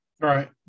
Right